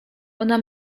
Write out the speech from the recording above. ona